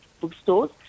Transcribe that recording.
bookstores